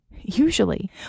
Usually